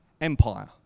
Empire